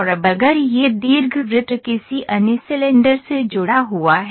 और अब अगर यह दीर्घवृत्त किसी अन्य सिलेंडर से जुड़ा हुआ है